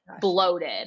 bloated